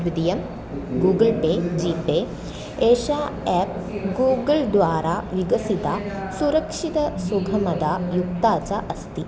द्वितीयं Google Pay G Pay एषा app Google द्वारा विकसिता सुरक्षितसुगमता युक्ता च अस्ति